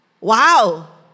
Wow